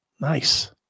Nice